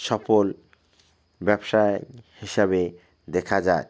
সফল ব্যবসা হিসাবে দেখা যায়